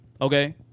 Okay